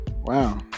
wow